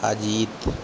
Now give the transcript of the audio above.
Ajit